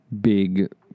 big